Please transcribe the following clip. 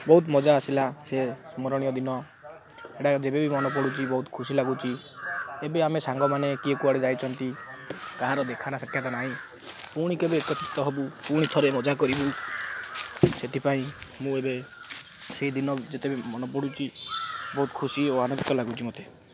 ବହୁତ ମଜା ଆସିଲା ସେ ସ୍ମରଣୀୟ ଦିନ ଏଇଟା ଯେବେ ବି ମନ ପଡ଼ୁଛି ବହୁତ ଖୁସି ଲାଗୁଛି ଏବେ ଆମେ ସାଙ୍ଗମାନେ କିଏ କୁଆଡ଼େ ଯାଇଛନ୍ତି କାହାର ଦେଖା ନା ସାକ୍ଷତ ନାହିଁ ପୁଣି କେବେ ଏକତ୍ରିତ ହବୁ ପୁଣି ଥରେ ମଜା କରିବୁ ସେଥିପାଇଁ ମୁଁ ଏବେ ସେଇ ଦିନ ଯେତେବେଳେ ମନ ପଡ଼ୁଛି ବହୁତ ଖୁସି ଓ ଆନନ୍ଦିତ ଲାଗୁଛି ମତେ